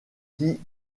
qui